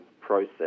process